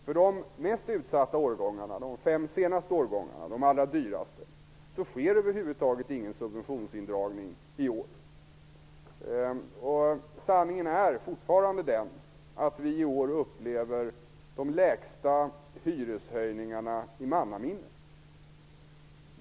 För de mest utsatta årgångarna -- de fem senaste, som var de allra dyraste -- sker över huvud taget ingen subventionsindragning i år. Sanningen är fortfarande att vi i år har de lägsta hyreshöjningarna i mannaminne.